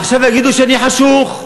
עכשיו יגידו שאני חשוך.